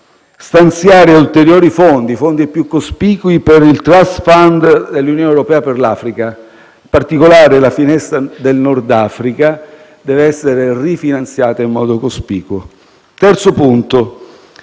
stanziare ulteriori fondi, fondi più cospicui per il *Trust fund* dell'Unione europea per l'Africa; in particolare, la finestra del Nord Africa deve essere rifinanziata in modo cospicuo. Terzo